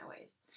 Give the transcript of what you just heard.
ways